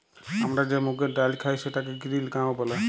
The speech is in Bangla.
আমরা যে মুগের ডাইল খাই সেটাকে গিরিল গাঁও ব্যলে